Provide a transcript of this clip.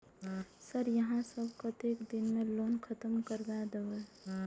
Sir यहाँ सब कतेक दिन में लोन खत्म करबाए देबे?